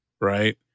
right